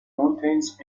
mountains